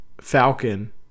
Falcon